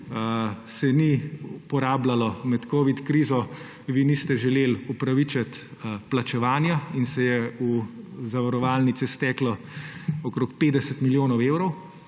se ni porabljalo med covid krizo, vi niste želeli opravičiti plačevanja in se je v zavarovalnice steklo okrog 50 milijonov evrov